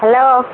hello